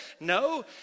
No